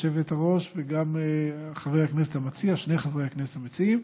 היושבת-ראש וגם שני חברי הכנסת המציעים,